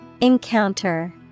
Encounter